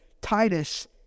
Titus